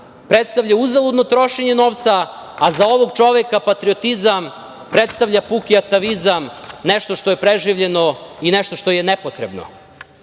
predstavlja uzaludno trošenje novca, a za ovog čoveka patriotizam predstavlja puki atavizam, nešto što je preživljeno i nešto što je nepotrebno. Upravo